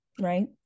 right